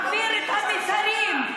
מלמדים על הטבח ומנסים להעביר את המסרים.